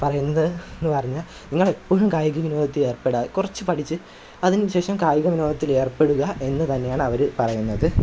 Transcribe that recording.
പറയുന്നതെന്നു പറഞ്ഞാൽ നിങ്ങളെപ്പോഴും കായികവിനോദത്തിൽ ഏർപ്പെടുക കുറച്ച് പഠിച്ച് അതിന് ശേഷം കായികവിനോദത്തിലേർപ്പെടുക എന്നു തന്നെയാണ് അവർ പറയുന്നത്